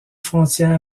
frontières